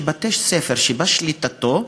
שבתי-הספר שבשליטתו,